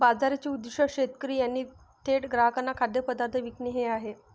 बाजाराचे उद्दीष्ट शेतकरी यांनी थेट ग्राहकांना खाद्यपदार्थ विकणे हे आहे